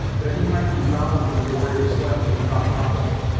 that he might be bound when the warriors slept he thought probable,